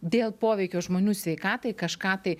dėl poveikio žmonių sveikatai kažką tai